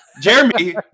Jeremy